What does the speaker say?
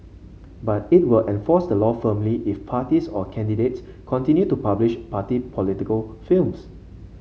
but it will enforce the law firmly if parties or candidates continue to publish party political films